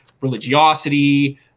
religiosity